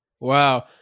Wow